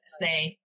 say